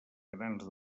grans